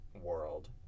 world